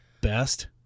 Best